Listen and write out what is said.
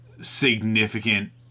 significant